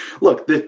look